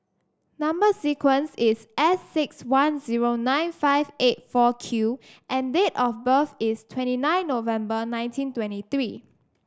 number sequence is S six one zero nine five eight four Q and date of birth is twenty nine November nineteen twenty three